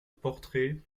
portraits